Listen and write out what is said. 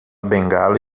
bengala